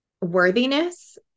worthiness